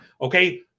okay